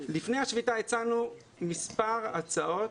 לפני השביתה הצענו מספר הצעות